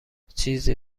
چیزی